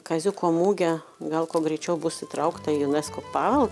kaziuko mugė gal kuo greičiau bus įtraukta į unesco paveldą